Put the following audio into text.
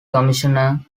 commissioner